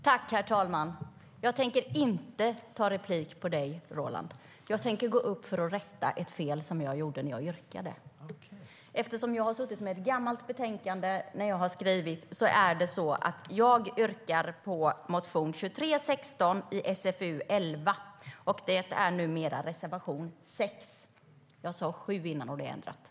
Herr talman! Jag tänker inte ta replik på Roland Utbult, utan jag går upp för att rätta ett fel som jag gjorde när jag yrkade eftersom jag satt med ett gammalt betänkande när jag skrev. Jag vill yrka bifall till motion 2316 i SfU11, som numera är reservation 6.